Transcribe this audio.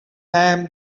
ham